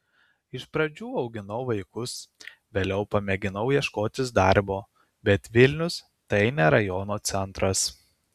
iš pradžių auginau vaikus vėliau pamėginau ieškotis darbo bet vilnius tai ne rajono centras